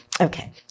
Okay